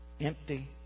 Empty